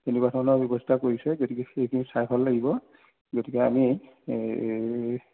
তেনেকুৱা ধৰণৰ ব্যৱস্থা কৰিছে গতিকে সেইখিনি চাই ভাল লাগিব গতিকে আমি এই